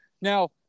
Now